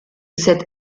cette